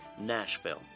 Nashville